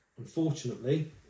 Unfortunately